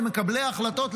למקבלי ההחלטות,